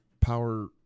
Power